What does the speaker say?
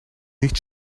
nicht